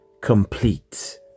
complete